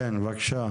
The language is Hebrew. כן, בבקשה.